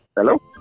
Hello